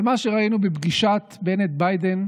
אבל מה שראינו בפגישת בנט-ביידן,